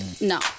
No